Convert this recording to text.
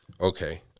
Okay